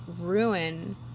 ruin